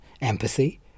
empathy